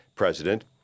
president